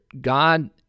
God